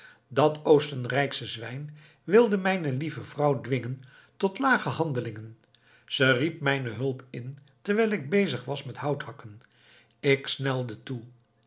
dat oostenrijksche zwijn wilde mijne lieve vrouw dwingen tot lage handelingen ze riep mijne hulp in terwijl ik bezig was met houthakken ik snelde toe